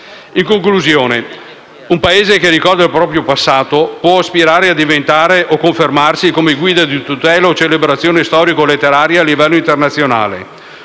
In conclusione, un Paese che ricorda il proprio passato può aspirare a diventare o confermarsi guida di tutela e celebrazione storico-letteraria a livello internazionale.